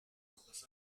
hojas